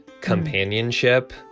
companionship